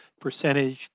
percentage